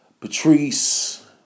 Patrice